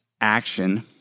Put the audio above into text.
action